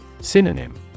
Synonym